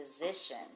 position